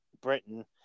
Britain